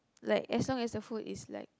like as long as the food is like